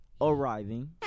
arriving